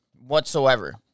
whatsoever